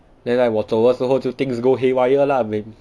then like 我走的时候 then 就:chio things go haywire lah